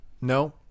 No